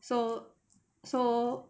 so so